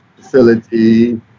facility